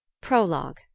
Prologue